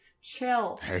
Chill